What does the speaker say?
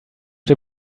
dem